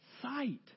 sight